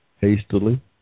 hastily